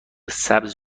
سبز